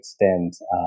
extent